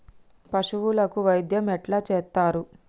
పశువులకు వైద్యం ఎట్లా చేత్తరు?